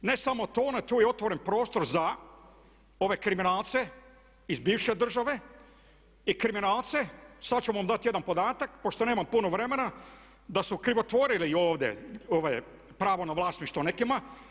Ne samo to, tu je otvoren prostor za ove kriminalce iz bivše države i kriminalce, sada ću vam dati jedan podatak, pošto nemam puno vremena da su krivotvorili ovdje ovo pravo na vlasništvo nekima.